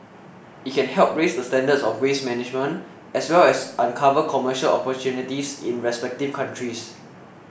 it can help raise the standards of waste management as well as uncover commercial opportunities in the respective countries